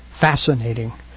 fascinating